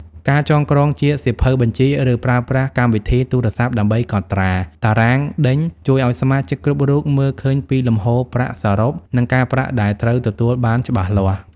ការចងក្រងជាសៀវភៅបញ្ជី ឬប្រើប្រាស់កម្មវិធីទូរស័ព្ទដើម្បីកត់ត្រា "តារាងដេញ" ជួយឱ្យសមាជិកគ្រប់រូបមើលឃើញពីលំហូរប្រាក់សរុប និងការប្រាក់ដែលត្រូវទទួលបានច្បាស់លាស់។